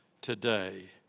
today